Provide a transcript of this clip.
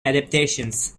adaptations